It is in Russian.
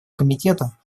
комитета